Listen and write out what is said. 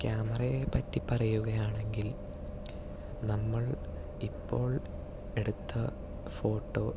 ക്യാമറയെ പറ്റി പറയുകയാണെങ്കിൽ നമ്മൾ ഇപ്പോൾ എടുത്ത ഫോട്ടോ